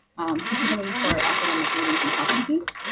specifically for academic meetings and conferences.